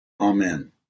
Amen